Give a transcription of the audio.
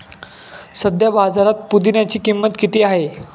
सध्या बाजारात पुदिन्याची किंमत किती आहे?